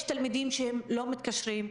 יש תלמידים שהם לא מתקשרים,